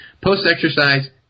post-exercise